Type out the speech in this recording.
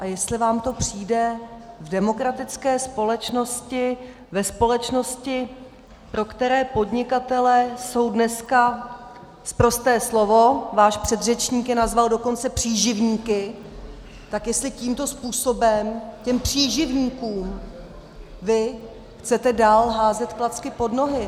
A jestli vám to přijde v demokratické společnosti, ve společnosti, pro které podnikatelé jsou dneska sprosté slovo, váš předřečník je nazval dokonce příživníky, tak jestli tímto způsobem těm příživníkům vy chcete dál házet klacky pod nohy?